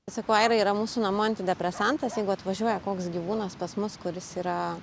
sakau aira yra mūsų namų antidepresantas jeigu atvažiuoja koks gyvūnas pas mus kuris yra